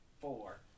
four